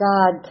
God